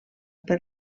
per